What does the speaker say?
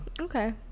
okay